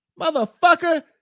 Motherfucker